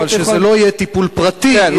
אבל שזה לא יהיה טיפול פרטי.